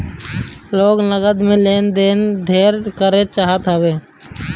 लोग नगद में लेन देन ढेर करे चाहत हवे